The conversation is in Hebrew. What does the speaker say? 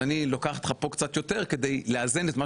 אז אני לוקחת לך פה קצת יותר כדי לאזן את מה